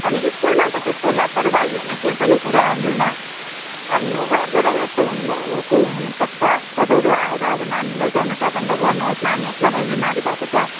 अनि स्कुलमा त त्यस्तो लापर्वाही हुने केही पनि कुरा आउँदैन अनि यो घरबाटै जस्तो होको हुनुसक्छ तपाईँहरू आएर अब नानी लैजाने प्रबन्ध गर्नुहोस नानी एकदमै बिमारी भएको छ